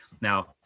Now